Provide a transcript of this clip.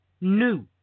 new